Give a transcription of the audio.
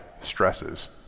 stresses